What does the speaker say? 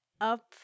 up